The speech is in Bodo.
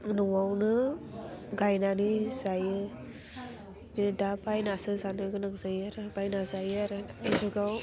न'आवनो गायनानै जायो दा बायनासो जानो गोनां जायो आरो बायना जायो आरो बे जुगाव